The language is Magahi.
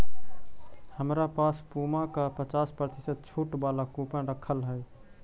हमरा पास पुमा का पचास प्रतिशत छूट वाला कूपन रखल हई